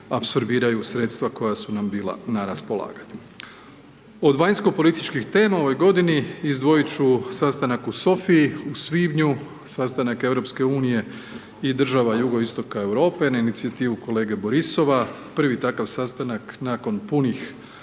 apsorbiraju sredstva koja su nam bila na raspolaganju. Od vanjsko političkih tema u ovoj godini, izdvojit ću sastanak u Sofiji u svibnju, sastanak EU i država jugoistoka Europe na inicijativu kolege Borisova. Prvi takav sastanak nakon punih